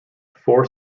four